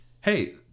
Hey